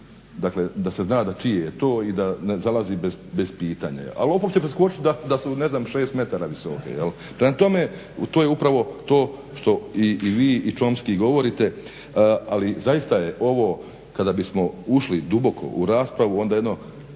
Dakle, da se zna da čije je to i da ne zalazi bez pitanja. A lopov će preskočiti da su ne znam 6 metara visoke jel'. Prema tome, to je upravo to što i vi Chomsky govorite, ali zaista je ovo kada bismo ušli duboko u raspravu onda jedno